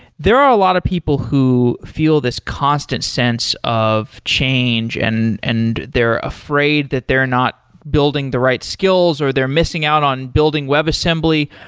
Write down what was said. there are a lot of people who feel this constant sense of change and and they're afraid that they're not building the right skills or they're missing out on building web assembly.